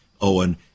Owen